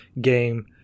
game